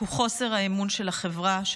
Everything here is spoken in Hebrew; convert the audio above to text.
הוא חוסר האמון של החברה,